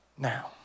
Now